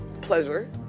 pleasure